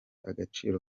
agaciro